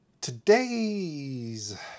Today's